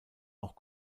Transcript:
auch